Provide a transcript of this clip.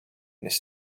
nes